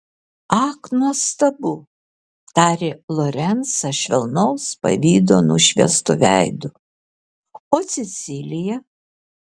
ak nuostabu tarė lorencą švelnaus pavydo nušviestu veidu o cecilija